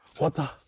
water